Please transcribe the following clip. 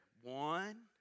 One